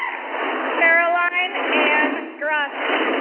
caroline ann grassi,